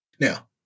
Now